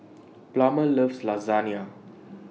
Plummer loves Lasagna